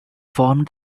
formed